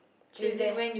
is there